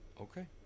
Okay